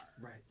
Right